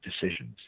decisions